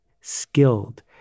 skilled